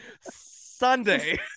Sunday